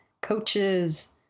coaches